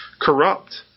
corrupt